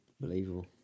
Believable